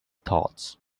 thoughts